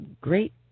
great